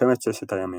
מלחמת ששת הימים